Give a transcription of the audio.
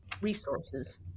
resources